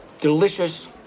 delicious